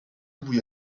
بوی